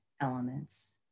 elements